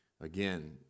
Again